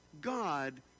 God